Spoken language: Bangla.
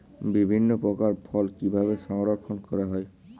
বিভিন্ন প্রকার ফল কিভাবে সংরক্ষণ করা হয়?